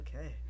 Okay